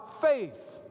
faith